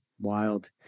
wild